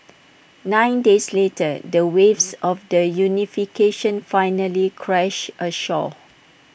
nine days later the waves of the unification finally crashed ashore